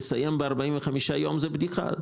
זאת פשוט בדיחה.